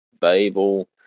Babel